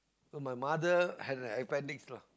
so my mother has an appendix you know